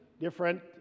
different